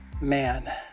man